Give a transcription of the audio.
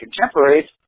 contemporaries